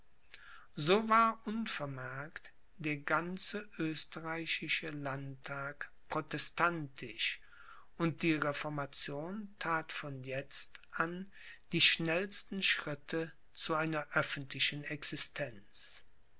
so war unvermerkt der ganze österreichische landtag protestantisch und die reformation that von jetzt an die schnellsten schritte zu einer öffentlichen existenz